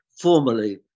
formally